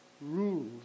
rules